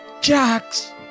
Jax